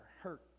hurt